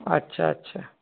আচ্ছা আচ্ছা